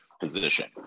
position